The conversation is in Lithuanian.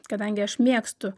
kadangi aš mėgstu